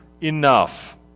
enough